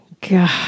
God